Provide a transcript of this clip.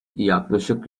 yaklaşık